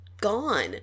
gone